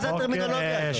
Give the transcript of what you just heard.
מה זה הטרמינולוגיה הזאת?